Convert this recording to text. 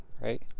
right